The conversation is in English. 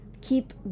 Keep